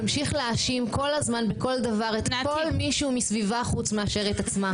תמשיך להאשים כל הזמן בכל דבר את כל מי שהוא מסביבה חוץ מאשר את עצמה.